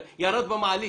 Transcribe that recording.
הדברים.